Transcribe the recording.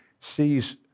sees